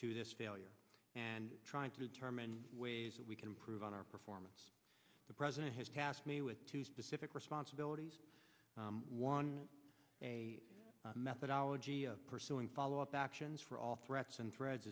to this failure and trying to determine ways that we can improve on our performance the president has passed me with two specific responsibilities one a methodology of pursuing follow up actions for all threats and threads